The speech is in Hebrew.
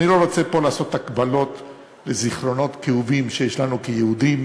ואני לא רוצה לעשות פה הקבלות לזיכרונות כאובים שיש לנו כיהודים,